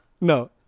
No